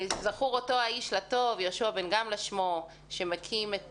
זכור אותו איש לטוב, יהושע בן גמלא שמו, שמקים את